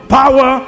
power